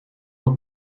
dat